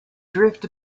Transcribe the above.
drift